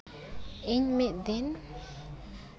ᱤᱧ ᱢᱤᱫ ᱫᱤᱱ